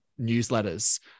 newsletters